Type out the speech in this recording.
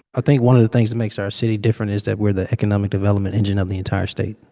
i think one of the things that makes our city different is that we're the economic development engine of the entire state.